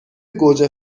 گوجه